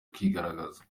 kwigaragaza